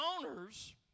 owners